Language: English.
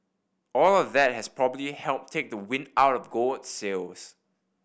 all of that has probably helped take the wind out of gold's sails